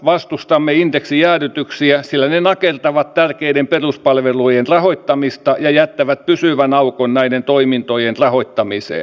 vastustamme indeksijäädytyksiä sillä ne nakertavat tärkeiden peruspalvelujen rahoittamista ja jättävät pysyvän aukon näiden toimintojen rahoittamiseen